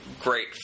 great